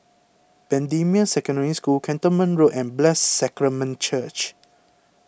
Bendemeer Secondary School Cantonment Road and Blessed Sacrament Church